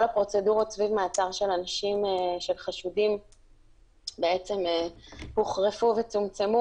כל הפרוצדורות סביב מעצר של אנשים שחשודים בעצם הוחרפו וצומצמו,